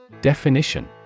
Definition